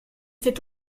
cette